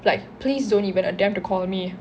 like please don't even attempt to call me